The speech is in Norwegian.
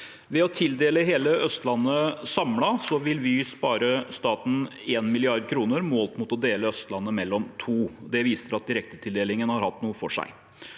Ved å tildele hele Østlandet samlet vil Vy spare staten 1 mrd. kr, målt mot å dele Østlandet mellom to. Det viser at direktetildelingen har hatt noe for seg.